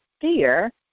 fear